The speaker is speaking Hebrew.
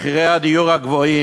מחירי הדיור הגבוהים,